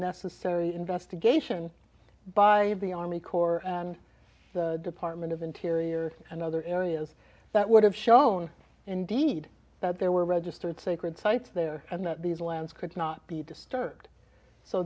necessary investigation by the army corps and the department of interior and other areas that would have shown indeed that there were registered sacred sites there and that these lands could not be disturbed so